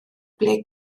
ble